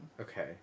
okay